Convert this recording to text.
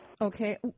Okay